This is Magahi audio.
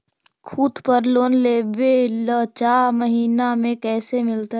खूत पर लोन लेबे ल चाह महिना कैसे मिलतै?